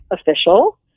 official